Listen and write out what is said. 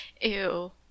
Ew